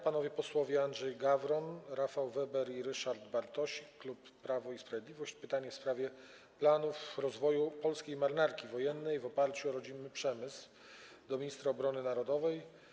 Panowie posłowie Andrzej Gawron, Rafał Weber i Ryszard Bartosik, klub Prawo i Sprawiedliwość, zadadzą pytanie w sprawie planów rozwoju polskiej Marynarki Wojennej w oparciu o rodzimy przemysł, do ministra obrony narodowej.